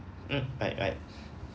mm right right